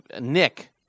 Nick